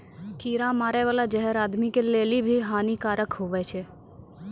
कीड़ा मारै बाला जहर आदमी के लेली भी हानि कारक हुवै छै